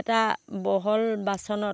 এটা বহল বাচনত